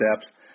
steps